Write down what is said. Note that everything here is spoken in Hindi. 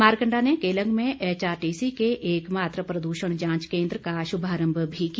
मारकंडा ने केलंग में एचआरटीसी के एकमात्र प्रदूषण जांच केन्द्र का शुभारम्भ भी किया